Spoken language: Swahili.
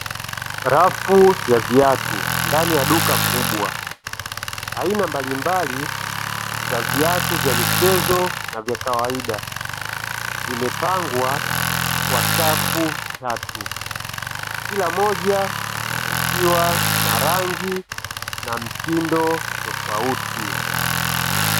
Rafu ya viatu ndani ya duka kubwa aina mbalimbali za viatu vya michezo na vya kawaida zimepangwa kwa safu tatu, kila moja lilkiwa na rangi na mtindo tofauti.